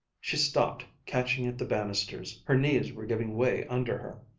she stopped, catching at the banisters. her knees were giving way under her.